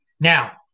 Now